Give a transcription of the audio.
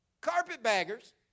Carpetbaggers